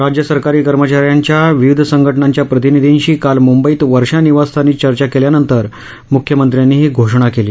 राज्यसरकारी कर्मचा यांच्या विविध संघटनांच्या प्रतिनिधींशी काल मुंबईत वर्षा निवासस्थानी चर्चा केल्यानंतर मुख्यमंत्र्यांनी ही घोषणा केली